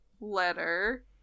letter